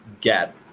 get